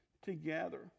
together